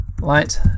Light